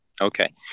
Okay